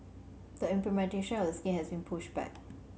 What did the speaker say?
the implementation of the scheme has been pushed back